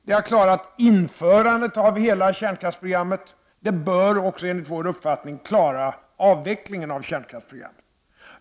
Det har klarat införandet av hela kärnkraftsprogrammet, och det bör också enligt vår uppfattning klara avvecklingen av kärnkraftsprogrammet.